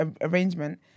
arrangement